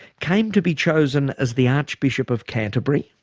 came to be chosen as the archbishop of canterbury?